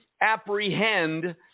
apprehend